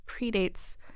predates